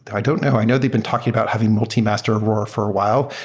i don't know. i know they've been talking about having multi-master aurora for a while.